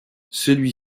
celui